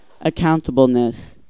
accountableness